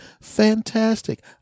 fantastic